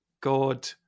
God